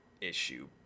issue